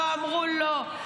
לא אמרו לו,